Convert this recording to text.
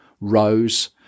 Rose